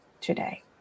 today